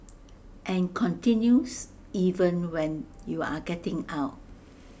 and continues even when you're getting out